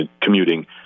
commuting